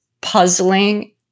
puzzling